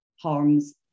harms